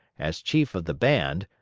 as chief of the band,